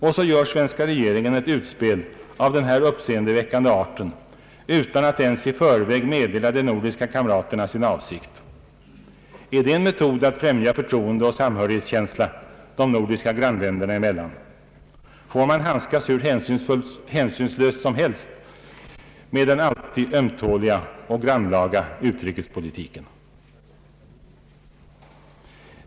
Och så gör svenska regeringen ett utspel av den här uppseendeväckande arten utan att ens i förväg meddela de nordiska kamraterna sin avsikt. Är det en metod att främja förtroende och samhörighetskänslan de nordiska grannländerna emellan? Får man handskas hur hänsynslöst som helst med den alltid ömtåliga och grannlaga utrikespolitiken?